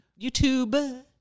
YouTube